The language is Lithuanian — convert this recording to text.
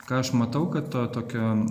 ką aš matau kad to tokio